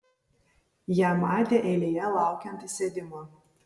ją matė eilėje laukiant įsėdimo